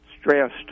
stressed